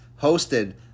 hosted